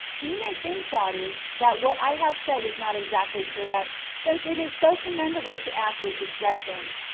you may think, daughters, that what i have said is not exactly correct, since it is so commend able to act with discretion.